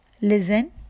Listen